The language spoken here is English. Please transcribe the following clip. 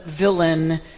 villain